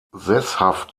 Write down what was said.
sesshaft